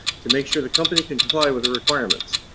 to make sure the company can comply with the requirements.